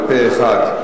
פה-אחד,